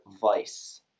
vice